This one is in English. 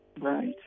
right